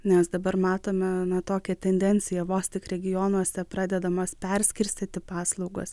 nes dabar matome na tokią tendenciją vos tik regionuose pradedamos perskirstyti paslaugos